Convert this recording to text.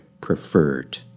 preferred